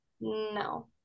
No